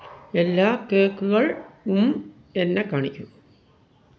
എല്ലാ കേക്കുകൾ നീ എന്നെ കാണിക്കുക